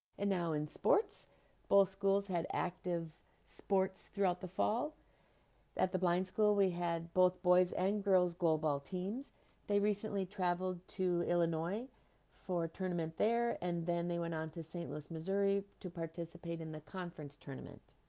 and now in sports both schools had active sports throughout the fall at the blind school we had both boys and girls global teams they recently traveled to illinois for tournament there and then they went on to st. louis missouri to participate in the conference tournament